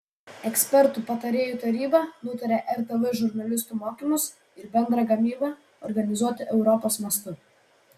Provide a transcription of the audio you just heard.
ekspertų patarėjų taryba nutarė rtv žurnalistų mokymus ir bendrą gamybą organizuoti europos mastu